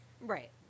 Right